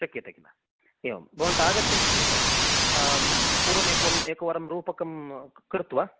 शक्यते खिल एवं भवन्तः आगच्छन्ति चेत् पूर्वम् एकवार एकवारं रूपकं कृत्वा